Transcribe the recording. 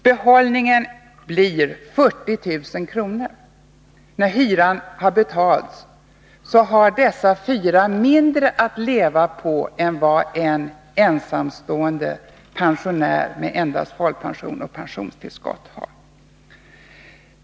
Behållningen för familjen D blir 40 000 kr. När hyran har betalats har dessa fyra personer mindre att leva på än vad en ensamstående pensionär med endast folkpension och pensionstillskott har.